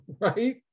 right